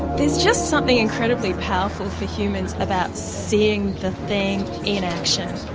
there's just something incredibly powerful for humans about seeing the thing in action.